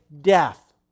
death